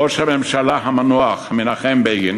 ראש הממשלה המנוח מנחם בגין